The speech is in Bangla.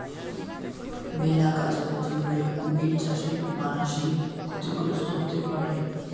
মেলা কাছাকাছি হলে কুমির চাষে মানাসি ক্ষতিগ্রস্ত হতে পারে